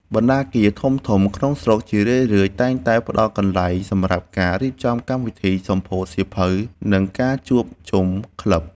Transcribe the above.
បណ្ណាគារធំៗក្នុងស្រុកជារឿយៗតែងតែផ្ដល់កន្លែងសម្រាប់ការរៀបចំកម្មវិធីសម្ពោធសៀវភៅ និងការជួបជុំក្លឹប។